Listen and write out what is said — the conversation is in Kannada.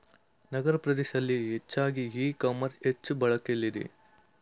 ನಗರ ಪ್ರದೇಶಗಳಲ್ಲಿ ಹೆಚ್ಚಾಗಿ ಇ ಕಾಮರ್ಸ್ ಹೆಚ್ಚು ಬಳಕೆಲಿದೆ